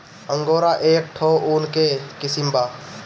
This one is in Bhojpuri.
अंगोरा एक ठो ऊन के किसिम बा